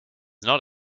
not